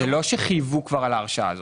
זה לא שחייבו כבר אל ההרשאה הזאת.